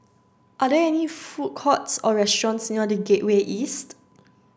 are there any food courts or restaurants near The Gateway East